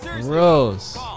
Gross